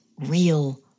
real